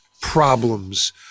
problems